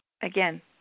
again